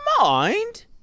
mind